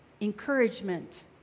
Encouragement